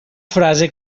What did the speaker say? frase